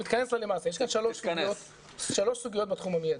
יש כאן שלוש סוגיות בתחום המיידי.